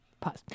pause